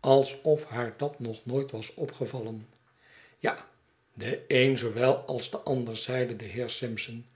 alsof haar dat nog nooit was opgevallen ja de een zoowel als de ander zeide de heer simpson